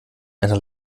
einer